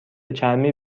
چرمی